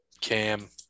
Cam